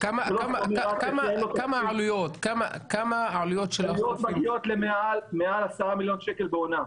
כמה העלויות של --- העלויות מגיעות למעל 10 מיליון שקלים לעונה.